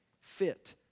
fit